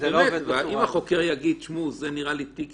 אם החוקר יגיד, זה נראה לי תיק